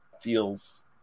feels